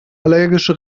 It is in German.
allergische